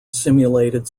simulated